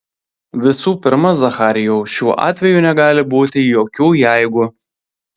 visų pirma zacharijau šiuo atveju negali būti jokių jeigu